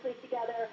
together